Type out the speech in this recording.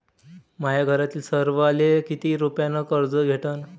माह्या घरातील सर्वाले किती रुप्यान कर्ज भेटन?